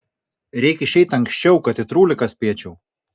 reik išeit anksčiau kad į trūliką spėčiau